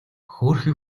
хөөрхий